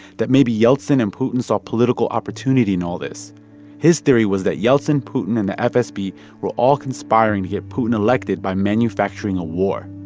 that maybe yeltsin and putin saw political opportunity in all this his theory was that yeltsin, putin and the fsb were all conspiring to get putin elected by manufacturing a war.